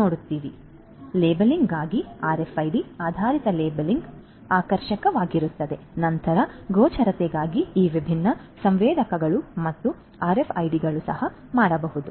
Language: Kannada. ನೋಡುತ್ತೀರಿ ಲೇಬಲಿಂಗ್ಗಾಗಿ ಆರ್ಎಫ್ಐಡಿ ಆಧಾರಿತ ಲೇಬಲಿಂಗ್ ಆಕರ್ಷಕವಾಗಿರುತ್ತದೆ ನಂತರ ಗೋಚರತೆಗಾಗಿ ಈ ವಿಭಿನ್ನ ಸಂವೇದಕಗಳು ಮತ್ತು ಆರ್ಎಫ್ಐಡಿಗಳು ಸಹ ಮಾಡಬಹುದು ಬಳಸಲಾಗುವುದು